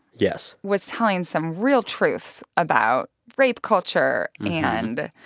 yes. was telling some real truths about rape culture and,